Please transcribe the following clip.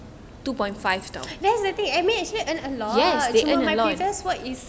that's the thing admin actually earn a lot cuma my previous work is